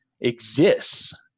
exists